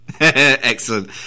Excellent